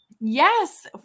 yes